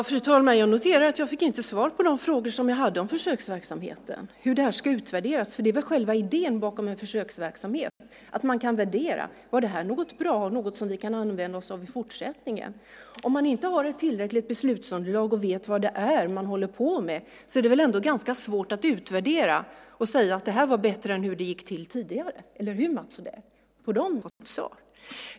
Fru talman! Jag noterar att jag inte fick svar på de frågor som jag ställde om försöksverksamheten och hur detta ska utvärderas. Själva idén bakom en försöksverksamhet är väl att man kan värdera om detta var något bra och något som man kan använda sig av i fortsättningen. Om man inte har ett tillräckligt beslutsunderlag och vet vad man håller på med är det väl ändå ganska svårt att utvärdera och säga att detta var bättre än hur det gick till tidigare, eller hur, Mats Odell? På dessa områden har jag ännu inte fått svar.